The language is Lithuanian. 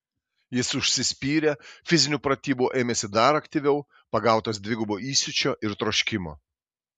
jis užsispyrė fizinių pratybų ėmėsi dar aktyviau pagautas dvigubo įsiūčio ir troškimo